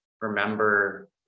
remember